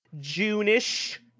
june-ish